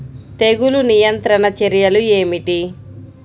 తెగులు నియంత్రణ చర్యలు ఏమిటి?